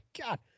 God